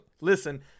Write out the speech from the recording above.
listen